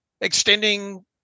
extending